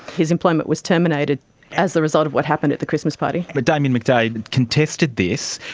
his employment was terminated as the result of what happened at the christmas party. but damien mcdaid contested this.